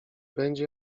będzie